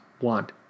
want